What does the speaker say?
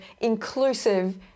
inclusive